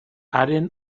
haren